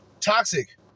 Toxic